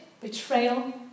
betrayal